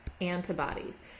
antibodies